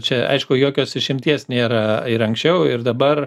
čia aišku jokios išimties nėra ir anksčiau ir dabar